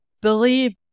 believe